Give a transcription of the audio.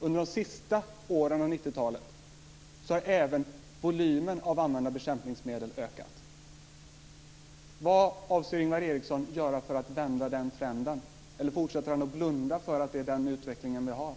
Under de sista åren av 90-talet har även volymen av använda bekämpningsmedel ökat.